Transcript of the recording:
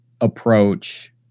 approach